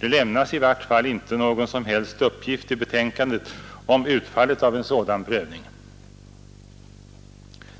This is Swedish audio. Det lämnas åtminstone inte någon som helst uppgift i betänkandet om utfallet av en sådan prövning.